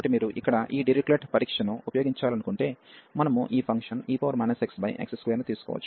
కాబట్టి మీరు ఇక్కడ ఈ డిరిచ్లెట్ పరీక్ష ను ఉపయోగించాలనుకుంటే మనము ఈ ఫంక్షన్ e xx2 ను తీసుకోవచ్చు